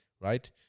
right